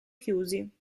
chiusi